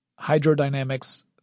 hydrodynamics